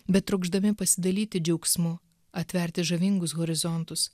bet trokšdami pasidalyti džiaugsmu atverti žavingus horizontus